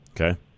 Okay